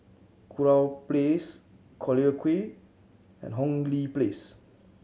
Kurau Place Collyer Quay and Hong Lee Place